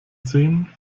sehen